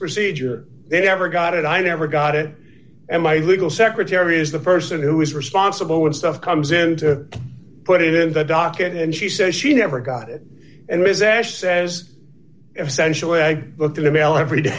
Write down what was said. procedure they never got it i never got it and my legal secretary is the person who is responsible when stuff comes in to put it in the docket and she says she never got it and is ash says essentially i looked in the mail every day